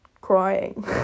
crying